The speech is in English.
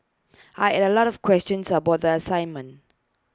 I had A lot of questions about the assignment